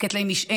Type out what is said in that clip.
לתת להן משענת.